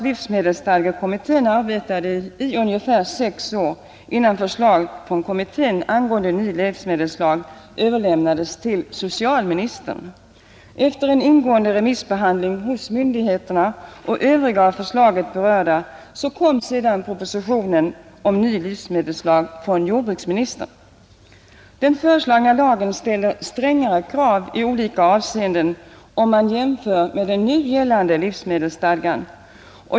Livsmedelsstadgekommittén arbetade nämligen i ungefär sex år innan förslaget från kommittén angående ny livsmedelslag överlämnades till socialministern. Efter en ingående remissbehandling hos myndigheter och övriga av förslaget berörda kom sedan propositionen från jordbruksministern om ny livsmedelslag. Den föreslagna lagen ställer strängare krav i olika avseenden om man jämför med nu gällande livsmedelsstadga.